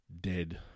dead